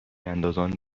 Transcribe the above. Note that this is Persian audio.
اندازان